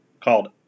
called